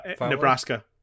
nebraska